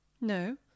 No